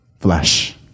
flesh